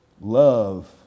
Love